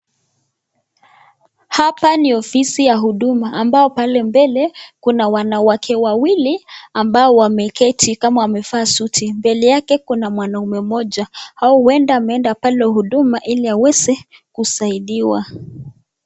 Hapa ni ofisi ya huduma ambapo pale mbele kuna wanawake wawili ambao wameketi kama wamevaa suti mbele yake kuna mwanaume mmoja ameenda pale huduma ili aweze kusaidiwa.